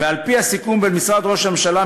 ועל-פי הסיכום בין משרד ראש הממשלה,